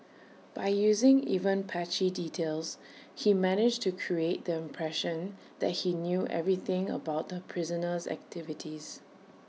by using even patchy details he managed to create the impression that he knew everything about the prisoner's activities